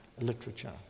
literature